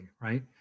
right